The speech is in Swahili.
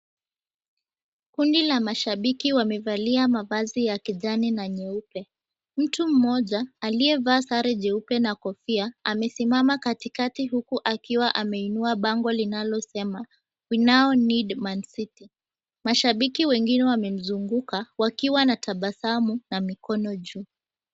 Kundi la mashabiki wamevalia mavazi ya kijani na nyeupe. Mtu mmoja aliyevaa sare jeupe na kofia amesimama katikati huku akiwa ameinua bango linalosema, "We now need mancity." Mashabiki wengine wamemzunguka wakiwa na tabasamu na mikono juu.